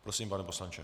Prosím, pane poslanče.